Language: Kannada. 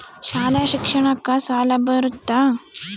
ಶಾಲಾ ಶಿಕ್ಷಣಕ್ಕ ಸಾಲ ಬರುತ್ತಾ?